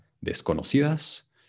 desconocidas